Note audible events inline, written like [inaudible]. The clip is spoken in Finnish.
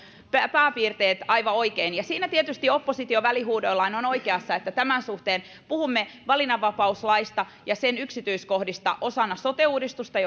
pääpiirteet aivan oikein siinä tietysti oppositio välihuudoillaan on oikeassa että tämän suhteen puhumme valinnanvapauslaista ja sen yksityiskohdista osana sote uudistusta [unintelligible]